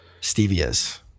stevia's